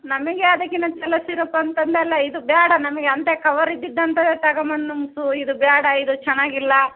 ನಮಗೆ ಅದಕ್ಕಿನ್ನ ಚೊಲೋ ಸಿರಪ್ ಅಂತ ಅಂದೆಯಲ್ಲ ಇದು ಬೇಡ ನಮಗೆ ಅಂತ ಕವರ್ ಇದ್ದಿದ್ದು ಅಂಥದ್ದೆ ತಗಂಬಂದು ನಮ್ಗು ಇದು ಬೇಡ ಇದು ಚೆನ್ನಾಗಿಲ್ಲ